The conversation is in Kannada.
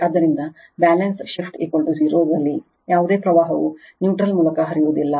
ಆದ್ದರಿಂದ ಬ್ಯಾಲೆನ್ಸ್ ಶಿಫ್ಟ್ 0 ರಲ್ಲಿ ಯಾವುದೇ ಪ್ರವಾಹವು ನ್ಯೂಟ್ರಲ್ ಮೂಲಕ ಹರಿಯುವುದಿಲ್ಲ